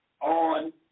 on